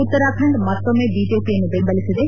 ಉತ್ತರಾಖಂಡ್ ಮತ್ತೊಮ್ಮೆ ಬಿಜೆಪಿಯನ್ನು ಬೆಂಬಲಿಸಿದೆ